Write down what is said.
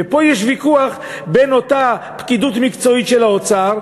ופה יש ויכוח בין אותה פקידות מקצועית של האוצר,